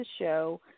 show